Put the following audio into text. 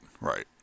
right